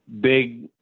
big